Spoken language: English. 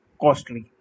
costly